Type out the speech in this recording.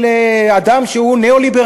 בראשותו של אדם שהוא ניאו-ליברל,